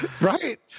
right